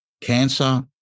Cancer